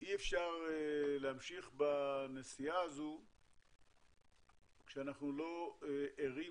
אי אפשר להמשיך בנסיעה הזו כשאנחנו לא ערים